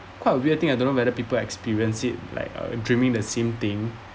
quite a weird thing I don't know whether people experienced it like uh dreaming the same thing